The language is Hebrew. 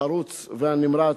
החרוץ והנמרץ,